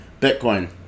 Bitcoin